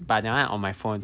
buy that [one] on my phone